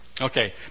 Okay